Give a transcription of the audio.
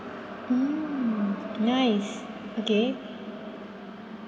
mm nice okay